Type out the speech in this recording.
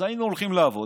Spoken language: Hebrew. היינו הולכים לעבוד,